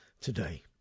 today